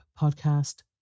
Podcast